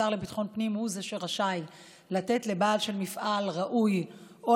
השר לביטחון הפנים הוא שרשאי לתת לבעליו של מפעל ראוי או